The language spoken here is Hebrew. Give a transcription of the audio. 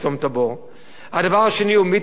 הדבר השני הוא מיתוס מתווה המס היורד.